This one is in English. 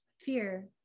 fear